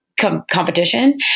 competition